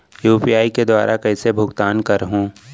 UPI के दुवारा कइसे भुगतान करहों?